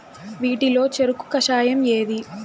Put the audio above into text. వీటిలో చెరకు కషాయం ఏది?